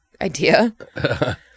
idea